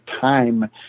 time